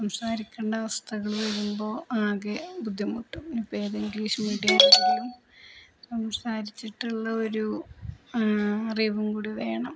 സംസാരിക്കേണ്ട അവസ്ഥകള്വരുമ്പോള് ആകെ ബുദ്ധിമുട്ടും ഇപ്പോള് ഏത് ഇംഗ്ലീഷ് മീഡിയത്തിലും സംസാരിച്ചിട്ടുള്ള ഒരു അറിവും കൂടി വേണം